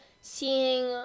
seeing